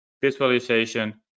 visualization